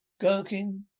gherkin